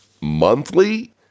monthly